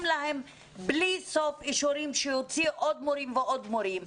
להם בלי סוף אישורים שיוציאו עוד מורים ועוד מורים,